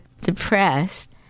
depressed